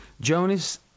Jonas